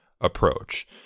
approach